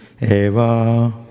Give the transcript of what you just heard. eva